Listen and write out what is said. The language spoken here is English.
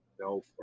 no